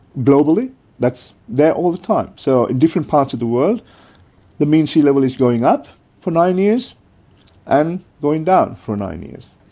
globally that's there all the time. so in different parts of the world the mean sea level is going up for nine years and going down for nine years.